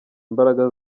imbaraga